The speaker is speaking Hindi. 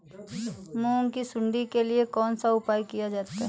मूंग की सुंडी के लिए कौन सा उपाय किया जा सकता है?